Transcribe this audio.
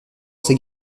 ses